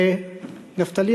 נפתלי,